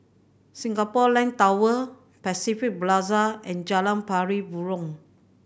Singapore Land Tower Pacific Plaza and Jalan Pari Burong